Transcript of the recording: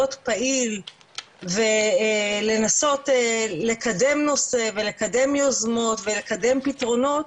פעיל ולנסות לקדם נושא ולקדם יוזמות ולקדם פתרונות,